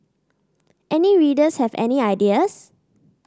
any readers have any ideas